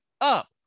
up